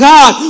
God